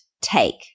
take